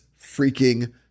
freaking